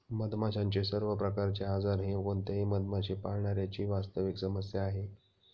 मधमाशांचे सर्व प्रकारचे आजार हे कोणत्याही मधमाशी पाळणाऱ्या ची वास्तविक समस्या आहे